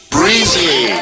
Breezy